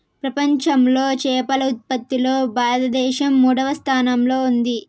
ప్రపంచంలో చేపల ఉత్పత్తిలో భారతదేశం మూడవ స్థానంలో ఉంది